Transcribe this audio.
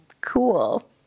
cool